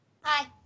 Hi